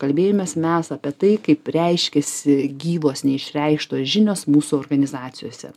kalbėjomės mes apie tai kaip reiškiasi gyvos neišreikštos žinios mūsų organizacijose